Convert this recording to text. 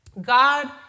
God